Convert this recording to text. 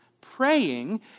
praying